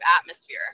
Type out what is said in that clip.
atmosphere